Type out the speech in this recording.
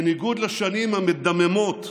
בניגוד לשנים המדממות,